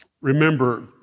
remember